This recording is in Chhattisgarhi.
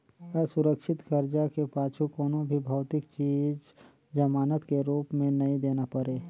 असुरक्छित करजा के पाछू कोनो भी भौतिक चीच जमानत के रूप मे नई देना परे